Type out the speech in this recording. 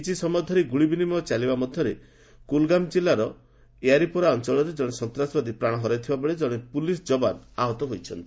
କିଛିସମୟ ଧରି ଗୁଳି ବିନିମୟ ଚାଲିବା ମଧ୍ୟରେ କୁଲଗାମ କିଲ୍ଲାରେ ୟାରିପୋରା ଅଞ୍ଚଳର କଣେ ସନ୍ତାସବାଦୀ ପ୍ରାଣ ହରାଇଥିବା ବେଳେ ଜଣେ ପୁଲିସ ଜବାନ ଆହତ ହୋଇଛନ୍ତି